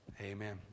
amen